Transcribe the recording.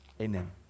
Amen